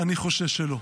אני חושש שלא.